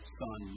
son